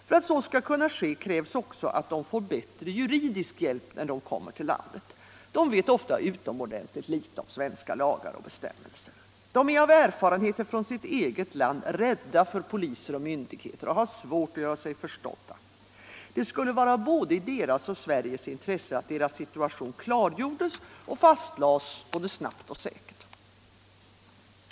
För att så skall kunna ske krävs också att de får bättre juridisk hjälp när de kommer till landet. De vet ofta utomordentligt litet om svenska lagar och bestämmelser, de är av erfarenheter från sitt eget land rädda för poliser och myndigheter, och de har svårt att göra sig förstådda. Det skulle vara både i deras och i Sveriges intresse att deras situation klargjordes och fastlades snabbt och säkert.